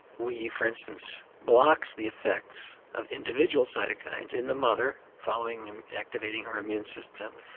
we, for instance, blocked the effects of individual cytokines in the mother following activating her immune system,